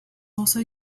also